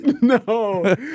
No